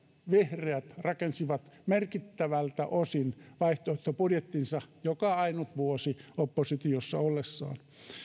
vihreät rakensivat merkittävältä osin vaihtoehtobudjettinsa joka ainut vuosi oppositiossa ollessaan